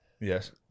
yes